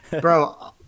bro